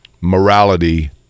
morality